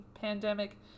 pandemic